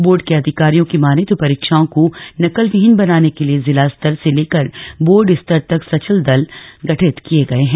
board के अधिकारियों की माने तो परीक्षाओं को नकल विहीन बनाने के लिए जिला स्तर से लेकर बोर्ड स्तर तक सचल दल गठित किये गये हैं